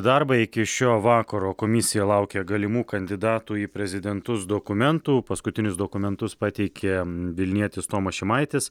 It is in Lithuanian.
darbą iki šio vakaro komisija laukia galimų kandidatų į prezidentus dokumentų paskutinius dokumentus pateikė vilnietis tomas šimaitis